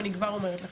אני כבר אומרת לכם.